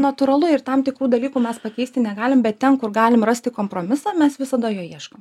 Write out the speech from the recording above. natūralu ir tam tikrų dalykų mes pakeisti negalim bet ten kur galim rasti kompromisą mes visada jo ieškom